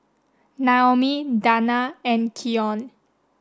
Naomi Danna and Keyon